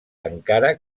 encara